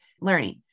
learning